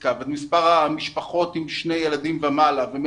לסטטיסטיקה ואת מספר המשפחות עם שני ילדים ומעלה,